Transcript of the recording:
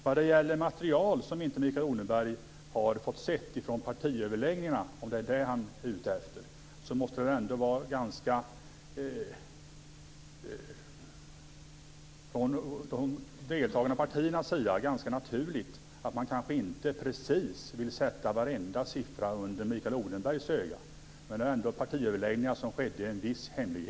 Vad gäller material från partiöverläggningarna som Mikael Odenberg inte har fått se - om det är det han är ute efter - måste det vara ganska naturligt att de deltagande partierna inte precis vill sätta varenda siffra under Mikael Odenbergs ögon. Partiöverläggningarna var ändå till viss del hemliga.